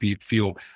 feel